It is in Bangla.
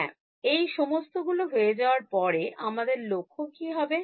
হ্যাঁ এই সমস্ত গুলো হয়ে যাওয়ার পরে আমাদের লক্ষ্য কি হবে